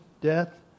death